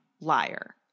liar